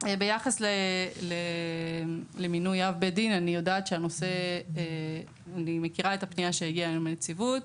ביחס למינוי אב בית דין אני מכירה את הפנייה שהגיעה אלינו מהנציבות,